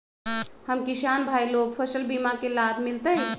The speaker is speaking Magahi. हम किसान भाई लोग फसल बीमा के लाभ मिलतई?